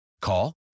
Call